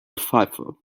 pfeife